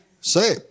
Say